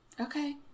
Okay